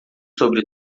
sobre